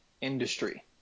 industry